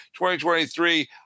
2023